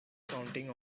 counting